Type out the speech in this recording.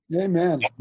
Amen